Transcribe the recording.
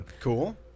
cool